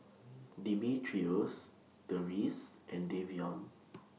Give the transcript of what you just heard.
Dimitrios Therese and Davion